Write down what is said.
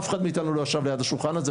אף אחד מאיתנו לא ישב ליד השולחן הזה.